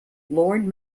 lord